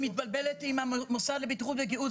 היא מתבלבלת עם המוסד לבטיחות וגיהות,